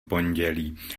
pondělí